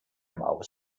maus